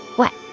what?